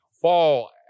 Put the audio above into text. fall